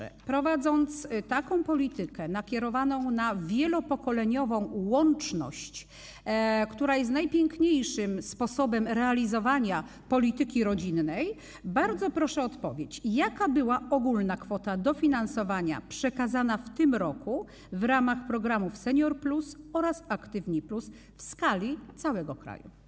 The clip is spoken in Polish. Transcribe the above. W związku z prowadzeniem takiej polityki, nakierowanej na wielopokoleniową łączność, która jest najpiękniejszym sposobem realizowania polityki rodzinnej, bardzo proszę o odpowiedź, jaka była ogólna kwota dofinansowania przekazana w tym roku w ramach programów „Senior+” oraz „Aktywni+” w skali całego kraju.